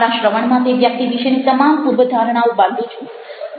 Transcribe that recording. મારા શ્રવણમાં તે વ્યક્તિ વિશેની તમામ પૂર્વધારણાઓ બાંધું છું